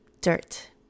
dirt